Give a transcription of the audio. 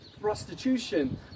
prostitution